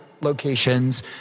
locations